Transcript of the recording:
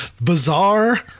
bizarre